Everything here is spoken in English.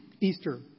Easter